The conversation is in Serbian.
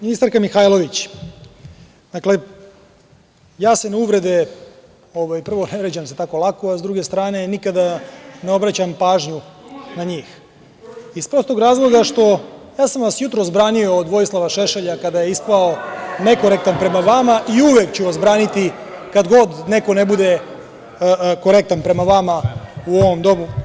Ministarka Mihajlović, ja se na uvrede, prvo, ne vređam se tako lako, a sa druge strane, nikada ne obraćam pažnju na njih iz prostog razloga što, ja sam vas jutros branio od Vojislava Šešelja, kada je ispao nekorektan prema vama i uvek ću vas braniti kada god neko ne bude korektan prema vama u ovom domu.